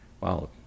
wow